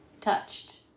touched